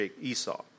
Esau